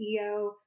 CEO